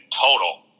total